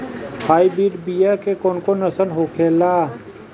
Hybrid बीया के कौन कौन नस्ल होखेला?